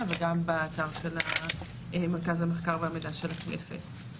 וגם באתר של המרכז מחקר והמידע של הכנסת.